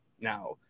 Now